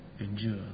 endure